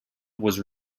was